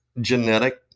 genetic